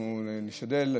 אנחנו נשתדל.